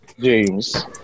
James